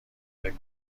کره